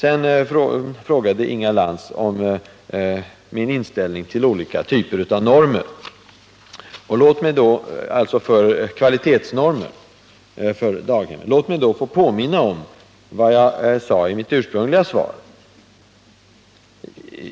Inga Lantz frågade om min inställning till olika typer av kvalitetsnormer för daghem. Låt mig då påminna om vad jag sade i mitt ursprungliga svar.